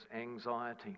anxiety